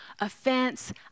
offense